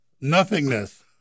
nothingness